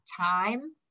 time